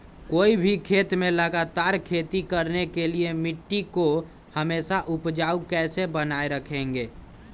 कोई भी खेत में लगातार खेती करने के लिए मिट्टी को हमेसा उपजाऊ कैसे बनाय रखेंगे?